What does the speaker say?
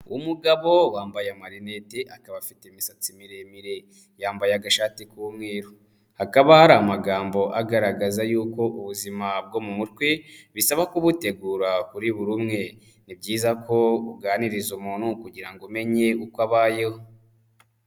Umugabo wambaye Amarineti, akaba afite imisatsi miremire, yambaye agashati k'umweru. Hakaba hari amagambo agaragaza yuko ubuzima bwo mu mutwe, bisaba kubutegura kuri buri umwe. Ni byiza ko uganiriza umuntu kugira ngo umenye uko abayeho.